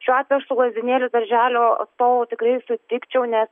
šiuo atveju aš su lazdynėlių darželio atstovu tikrai sutikčiau nes